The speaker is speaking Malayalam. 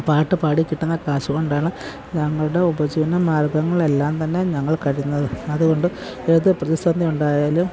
പാട്ട് പാടി കിട്ടണ കാശുകൊണ്ടാണ് ഞങ്ങളുടെ ഉപജീവനമാർഗ്ഗങ്ങളെല്ലാം തന്നെ ഞങ്ങൾ കഴിയുന്നത് അതുകൊണ്ട് ഏത് പ്രതിസന്ധി ഉണ്ടായാലും